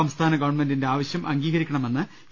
സംസ്ഥാന ഗവൺമെന്റിന്റെ ആവശ്യം അംഗീകരിക്കണ മെന്ന് എ